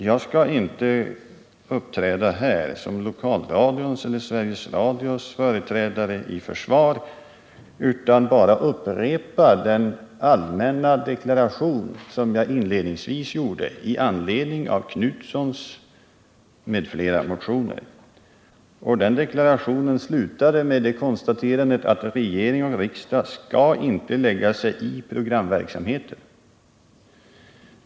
Jag skall inte uppträda som lokalradions företrädare och här komma till dess försvar, utan jag vill bara upprepa den allmänna deklaration som jag inledningsvis gjorde med anledning av Göthe Knutsons motion, nämligen att regering och riksdag inte skall lägga sig i programverksamheten.